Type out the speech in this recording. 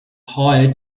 hired